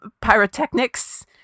pyrotechnics